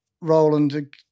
Roland